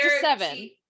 seven